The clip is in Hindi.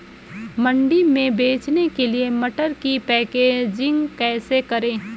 मंडी में बेचने के लिए मटर की पैकेजिंग कैसे करें?